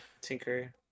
tinker